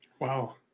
Wow